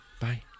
Bye